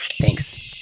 Thanks